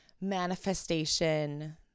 manifestation